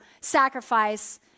sacrifice